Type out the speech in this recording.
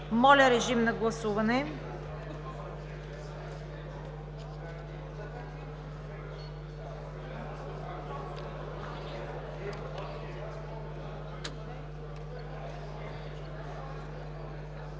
Моля, режим на гласуване.